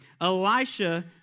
Elisha